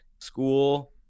school